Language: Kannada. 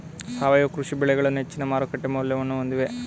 ಸಾವಯವ ಕೃಷಿ ಬೆಳೆಗಳು ಹೆಚ್ಚಿನ ಮಾರುಕಟ್ಟೆ ಮೌಲ್ಯವನ್ನು ಹೊಂದಿವೆ